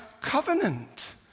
covenant